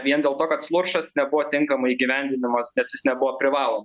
vien dėl to kad sluršas nebuvo tinkamai įgyvendinamas nes jis nebuvo privalo